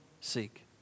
seek